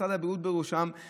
ומשרד הבריאות בראשם,